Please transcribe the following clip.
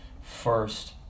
First